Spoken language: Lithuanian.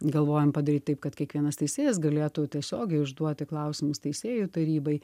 galvojam padaryt taip kad kiekvienas teisėjas galėtų tiesiogiai užduoti klausimus teisėjų tarybai